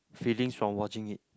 feelings from watching it